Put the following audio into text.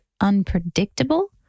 unpredictable